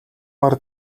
нар